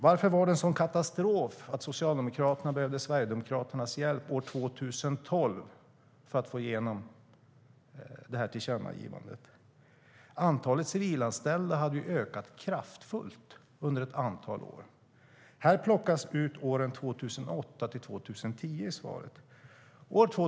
Varför var det en sådan katastrof att Socialdemokraterna år 2012 behövde Sverigedemokraternas hjälp för att få igenom tillkännagivandet? Antalet civilanställda hade ökat kraftigt under ett antal år. I svaret plockas åren 2008-2010 ut.